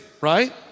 right